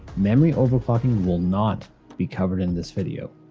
memory overclocking will not be covered in this video.